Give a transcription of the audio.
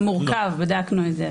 זה מורכב, בדקנו את זה.